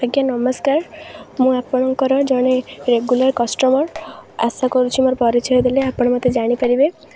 ଆଜ୍ଞା ନମସ୍କାର ମୁଁ ଆପଣଙ୍କର ଜଣେ ରେଗୁଲାର୍ କଷ୍ଟମର୍ ଆଶା କରୁଛିି ମୋର ପରିଚୟ ଦେଲେ ଆପଣ ମୋତେ ଜାଣିପାରିବେ